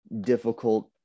difficult